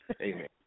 Amen